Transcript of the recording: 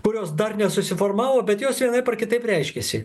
kurios dar nesusiformavo bet jos vienaip ar kitaip reiškiasi